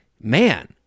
man